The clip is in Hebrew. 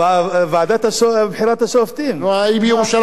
ועדת בחירת השופטים, לא, היא בירושלים.